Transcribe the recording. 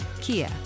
Kia